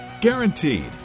Guaranteed